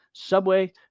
Subway